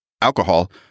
alcohol